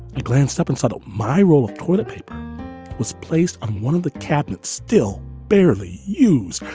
and glanced up and said, ah my roll of toilet paper was placed on one of the cabinets still barely used.